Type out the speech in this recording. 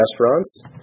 restaurants